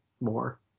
more